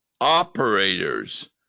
operators